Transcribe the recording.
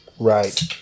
Right